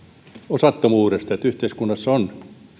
osattomuudesta että yhteiskunnassa on myöskin